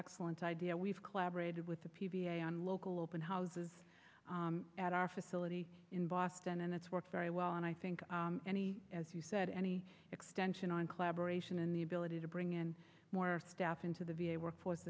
excellent idea we've collaborated with the p b s local open houses at our facility in boston and it's worked very well and i think any as you said any extension on collaboration and the ability to bring in more staff into the v a workforce